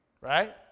Right